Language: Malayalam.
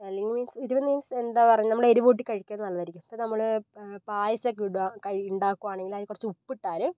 അല്ലെങ്കിൽ മീൻസ് എരിവ് മീൻസ് എന്താ പറയുക നമ്മൾ എരിവ് കൂട്ടി കഴിക്കുന്നത് നല്ലതായിരിക്കും ഇപ്പോൾ നമ്മള് പായസം ഒക്കെ ഇടുക കഴിക്ക ഉണ്ടാക്കുകയാണെങ്കിൽ അതിൽ കുറച്ച് ഉപ്പ് ഇട്ടാല്